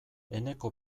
eneko